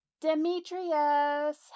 Demetrius